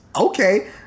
Okay